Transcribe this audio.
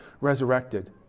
resurrected